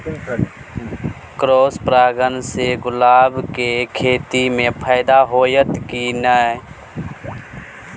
Cross परागण से गुलाब के खेती म फायदा होयत की नय?